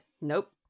nope